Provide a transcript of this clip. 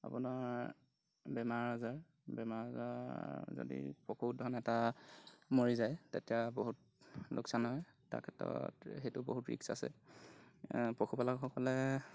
আপোনাৰ বেমাৰ আজাৰ বেমাৰ আজাৰ যদি পশুধন এটা মৰি যায় তেতিয়া বহুত লোকচান হয় তাৰ ক্ষেত্ৰত সেইটো বহুত ৰিক্স আছে পশুপালকসকলে